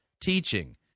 teaching